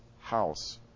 house